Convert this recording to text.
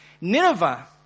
Nineveh